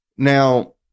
Now